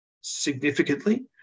significantly